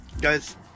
guys